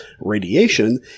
radiation